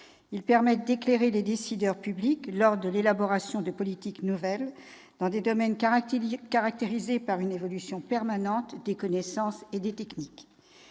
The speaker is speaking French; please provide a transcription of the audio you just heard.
Ils permettent d'éclairer les décideurs publics lors de l'élaboration de politiques nouvelles, dans des domaines caractérisés par une évolution permanente des connaissances et des techniques.